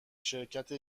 شرکت